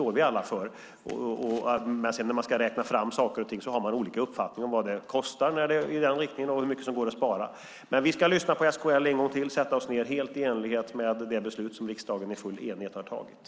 Men när man sedan ska räkna fram saker och ting har man olika uppfattningar om vad det kostar och hur mycket som går att spara. Vi ska lyssna på SKL en gång till och sätta oss ned helt i enlighet med det beslut som riksdagen i full enighet har fattat.